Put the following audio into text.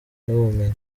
n’ubumenyi